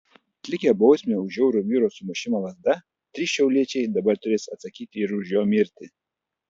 atlikę bausmę už žiaurų vyro sumušimą lazda trys šiauliečiai dabar turės atsakyti ir už jo mirtį